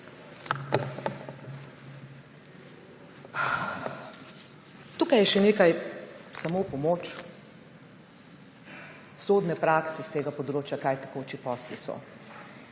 Tukaj je še nekaj, samo v pomoč, sodne prakse iz tega področja, kaj tekoči posli so.